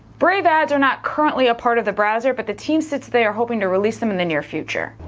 brave ads are not currently a part of the browser, but the team states they are hoping to release them in the near future.